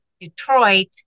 Detroit